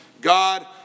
God